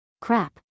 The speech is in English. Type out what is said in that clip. Crap